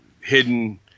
hidden